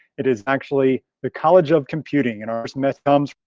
it is actually the college of computing and ours math thumbs,